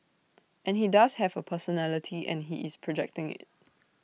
and he does have A personality and he is projecting IT